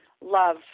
love